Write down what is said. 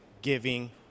giving